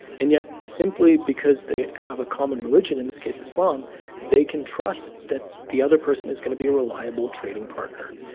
and yet simply because they have a common religion in this case islam they can trust that the other person is to be a reliable trading partner.